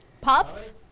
Puffs